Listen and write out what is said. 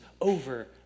over